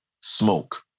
smoke